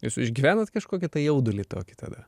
jūs išgyvenat kažkokį tai jaudulį tokį tada